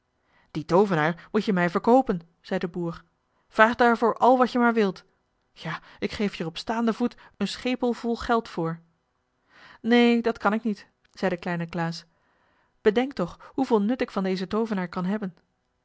dien toovenaar moet je mij verkoopen zei de boer vraag daarvoor al wat je maar wilt ja ik geef je er op staanden voet een schepel vol geld voor neen dat kan ik niet zei de kleine klaas bedenk toch hoeveel nut ik van dezen toovenaar kan hebben